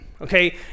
okay